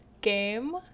game